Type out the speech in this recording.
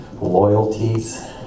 loyalties